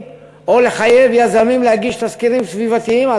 או לחייב יזמים להגיש תסקירים סביבתיים,